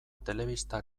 telebista